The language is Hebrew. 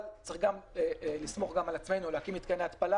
אבל צריך לסמוך גם על עצמנו ולהקים מתקני התפלה